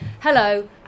Hello